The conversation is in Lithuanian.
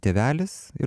tėvelis ir